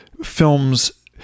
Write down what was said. films